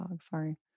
Sorry